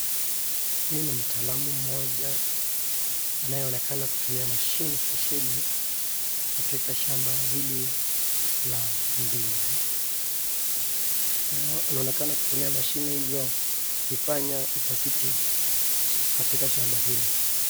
Huyu ni mtalamu mmoja anayeonekana kutumia mashini spesheli katika shamba hili la ndizi, anaonekana kutumia mashini hizo akifanya utafiti katika shamba hilo.